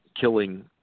killing